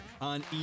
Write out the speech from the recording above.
on